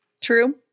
True